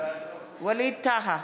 ווליד טאהא,